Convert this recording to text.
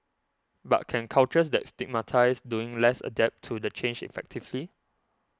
but can cultures that stigmatise doing less adapt to the change effectively